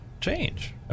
change